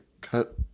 cut